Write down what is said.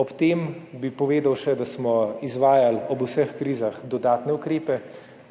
Ob tem bi povedal še, da smo izvajali ob vseh krizah dodatne ukrepe,